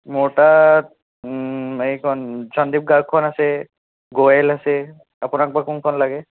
মোৰ তাত এইখন সন্দিপ গাৰ্গখন আছে গ'য়েল আছে আপোনাক বা কোনখন লাগে